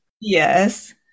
yes